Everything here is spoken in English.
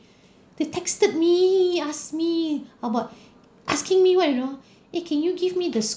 they texted me asked me about asking me what you know eh can you give me the